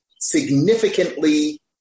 significantly